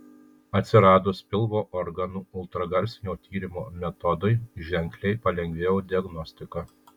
atsiradus pilvo organų ultragarsinio tyrimo metodui ženkliai palengvėjo diagnostika